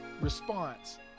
response